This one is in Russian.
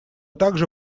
также